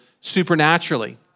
supernaturally